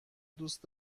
دوست